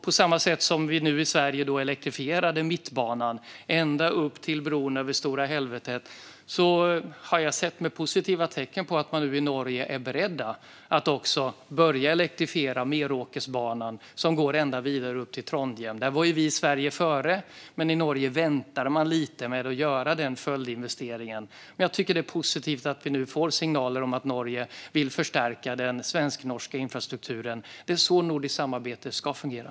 På samma sätt som vi i Sverige elektrifierade Mittbanan ända upp till bron över Stora Helvetet har jag sett positiva tecken på att man i Norge nu också är beredd att börja elektrifiera Meråkerbanan, som går vidare ända upp till Trondheim. Där var vi i Sverige före, men i Norge väntade man lite med att göra denna följdinvestering. Jag tycker att det är positivt att vi nu får signaler om att Norge vill förstärka den svensk-norska infrastrukturen. Det är så nordiskt samarbete ska fungera.